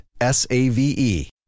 S-A-V-E